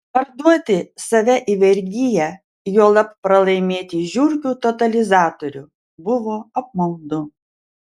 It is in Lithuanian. parduoti save į vergiją juolab pralaimėti žiurkių totalizatorių buvo apmaudu